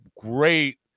great